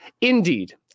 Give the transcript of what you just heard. Indeed